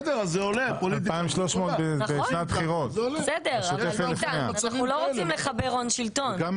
אנחנו לא רוצים לחבר הון- שלטון.